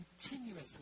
continuously